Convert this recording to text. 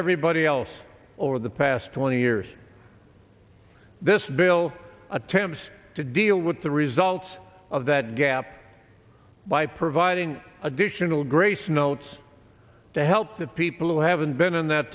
everybody else over the past twenty years this bill attempts to deal with the results of that gap by providing additional grace notes to help the people who haven't been in th